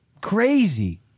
crazy